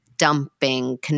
Dumping